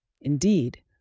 Indeed